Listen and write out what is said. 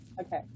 Okay